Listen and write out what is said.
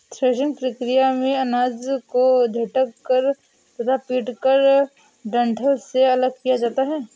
threshing प्रक्रिया में अनाज को झटक कर तथा पीटकर डंठल से अलग किया जाता है